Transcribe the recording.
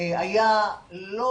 היה לא